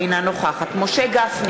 אינו נוכח גילה גמליאל, אינה נוכחת משה גפני,